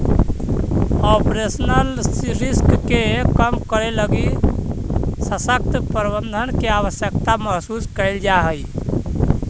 operational risk के कम करे लगी सशक्त प्रबंधन के आवश्यकता महसूस कैल जा हई